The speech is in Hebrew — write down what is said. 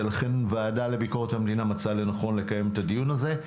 ולכן הוועדה לביקורת המדינה מצאה לנכון לקיים את הדיון הזה.